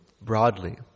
broadly